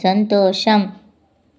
సంతోషం